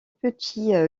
petits